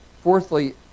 Fourthly